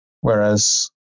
whereas